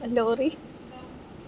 lorry